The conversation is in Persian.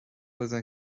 بزن